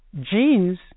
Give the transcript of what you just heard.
genes